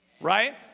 right